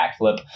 backflip